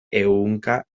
ehunka